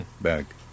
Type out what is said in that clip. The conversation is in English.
back